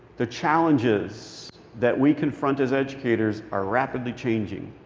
the challenges that we confront as educators are rapidly changing.